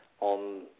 on